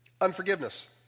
Unforgiveness